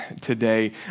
today